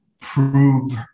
prove